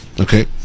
Okay